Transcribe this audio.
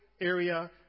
area